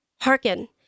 Hearken